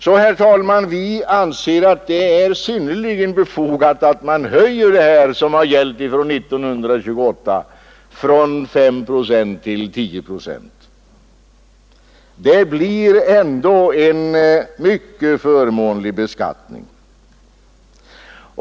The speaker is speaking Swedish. Vi anser följaktligen att det är synnerligen befogat att höja den utdebitering som har gällt sedan 1928 från 5 procent till 10 procent. Det blir ändå en mycket förmånlig beskattning.